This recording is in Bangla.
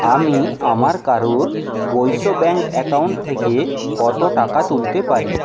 আমি আমার কারুর বৈশ্য ব্যাঙ্ক অ্যাকাউন্ট থেকে কত টাকা তুলতে পারি